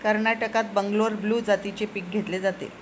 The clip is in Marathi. कर्नाटकात बंगलोर ब्लू जातीचे पीक घेतले जाते